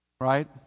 right